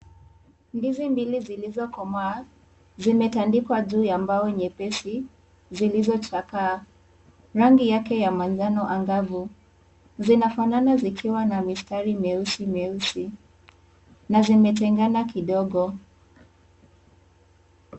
Ndizi mbili zilizokomaa, zimetandikwa juu ya mbao nyepesi zilizochakaa, rangi yake ya manjano angavu, zinafanana zikiwa na mistari mieusi mieusi, na zimetengana kidogo.